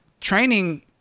training